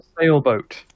sailboat